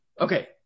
okay